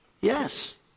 Yes